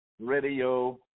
radio